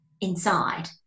inside